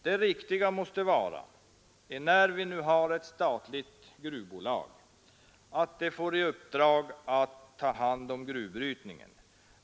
Det riktiga måste vara, när vi har ett statligt gruvbolag, att detta får i uppdrag att ta hand om gruvbrytningen.